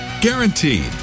Guaranteed